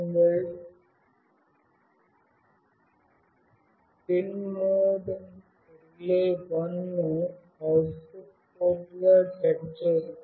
pinMode RELAY1 ను output పోర్ట్గా set చేస్తుంది